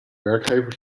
werkgever